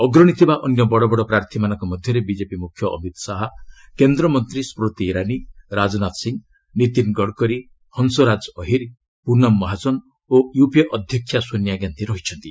ଅଗ୍ରଣୀ ଥିବା ଅନ୍ୟ ବଡ଼ ବଡ଼ ପ୍ରାର୍ଥୀମାନଙ୍କ ମଧ୍ୟରେ ବିଜେପି ମୁଖ୍ୟ ଅମିତ ଶାହା କେନ୍ଦ୍ରମନ୍ତ୍ରୀ ସ୍କୁତି ଇରାନୀ ରାଜନାଥ ସିଂହ ନୀତିନ ଗଡ଼କରୀ ହଂସରାଜ ଅହିର ପୁନମ ମହାଜନ ଓ ୟୁପିଏ ଅଧ୍ୟକ୍ଷା ସୋନିଆ ଗାନ୍ଧି ରହିଛନ୍ତି